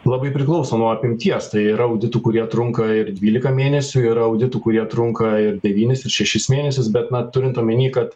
labai priklauso nuo apimties tai yra auditų kurie trunka ir dvylika mėnesių yra auditų kurie trunka ir devynis ir šešis mėnesius bet na turint omeny kad